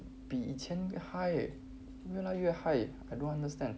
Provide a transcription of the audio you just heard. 比以前 high 越来越 high I don't understand